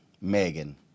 Megan